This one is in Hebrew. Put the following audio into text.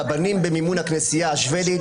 רבנים במימון הכנסייה השבדית,